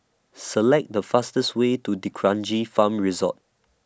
Select The fastest Way to D'Kranji Farm Resort